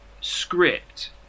script